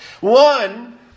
One